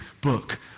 book